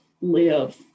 live